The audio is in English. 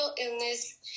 illness